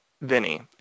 Vinny